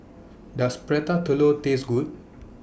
Does Prata Telur Taste Good